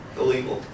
illegal